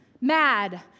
mad